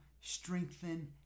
strengthen